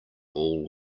all